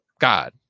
God